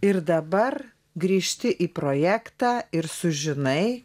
ir dabar grįžti į projektą ir sužinai